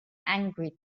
angry